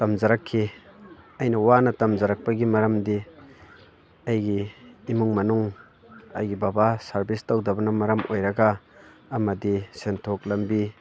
ꯇꯝꯖꯔꯛꯈꯤ ꯑꯩꯅ ꯋꯥꯅ ꯇꯝꯖꯔꯛꯄꯒꯤ ꯃꯔꯝꯗꯤ ꯑꯩꯒꯤ ꯏꯃꯨꯡ ꯃꯅꯨꯡ ꯑꯩꯒꯤ ꯕꯕꯥ ꯁꯥꯔꯚꯤꯁ ꯇꯧꯗꯕꯅ ꯃꯔꯝ ꯑꯣꯏꯔꯒ ꯑꯃꯗꯤ ꯁꯦꯟꯊꯣꯛ ꯂꯝꯕꯤ